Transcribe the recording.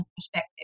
perspective